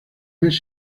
mes